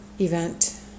event